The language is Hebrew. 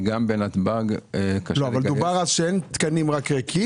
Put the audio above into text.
כי גם בנתב"ג- -- דובר שאין תקנים רק ריקים